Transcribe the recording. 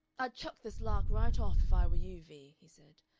i'd chuck this lark right off if i were you, vee, he said.